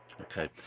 Okay